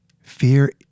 Fear